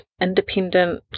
independent